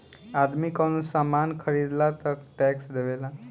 आदमी कवनो सामान ख़रीदेला तऽ टैक्स देवेला